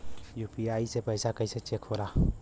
UPI से पैसा कैसे चेक होला?